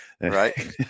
right